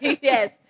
Yes